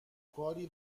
کاری